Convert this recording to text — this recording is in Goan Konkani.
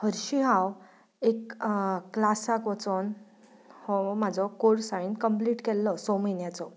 हरशीं हांव एक क्लासाक वचून हो म्हजो कॉर्स हांवें कम्प्लीट केल्लो स म्हयन्यांचो